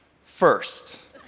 first